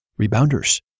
rebounders